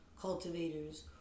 cultivators